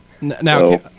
now